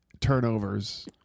turnovers